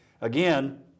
again –